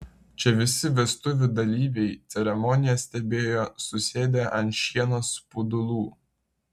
čia visi vestuvių dalyviai ceremoniją stebėjo susėdę ant šieno spudulų